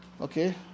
okay